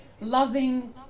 loving